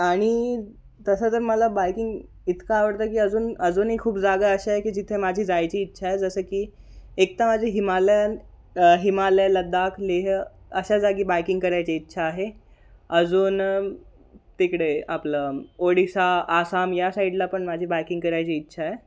आणि तसं तर मला बायकिंग इतकं आवडतं की अजून अजूनही खूप जागा अशा आहे की जिथे माझी जायची इच्छा आहे जसं की एकतं माझे हिमालयन हिमालय लद्दाख लेह अशा जागी बायकिंग करायची इच्छा आहे अजून तिकडे आपलं ओडिशा आसाम या साईडला पण माझी बायकिंग करायची इच्छा आहे